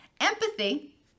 Empathy